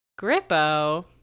Grippo